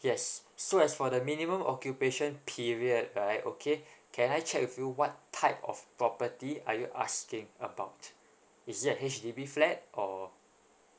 yes so as for the minimum occupation period right okay can I check with you what type of property are you asking about is it a H_D_B flat or